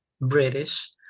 british